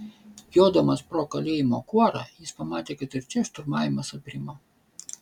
jodamas pro kalėjimo kuorą jis pamatė kad ir čia šturmavimas aprimo